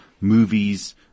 movies